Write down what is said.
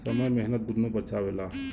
समय मेहनत दुन्नो बचावेला